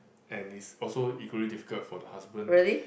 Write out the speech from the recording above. and it's also equally difficult for the husband